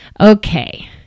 Okay